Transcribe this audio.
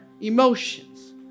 emotions